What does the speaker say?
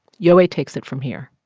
yowei takes it from here